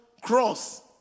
Cross